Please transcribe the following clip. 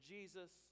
Jesus